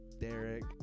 Derek